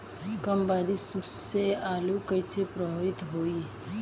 कम बारिस से आलू कइसे प्रभावित होयी?